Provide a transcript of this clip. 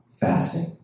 fasting